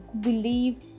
believe